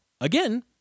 Again